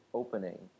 opening